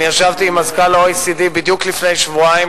אני ישבתי עם מזכ"ל ה-OECD בדיוק לפני שבועיים,